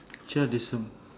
child disa~